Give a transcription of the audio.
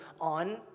on